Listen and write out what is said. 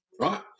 right